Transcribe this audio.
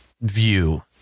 view